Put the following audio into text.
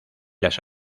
las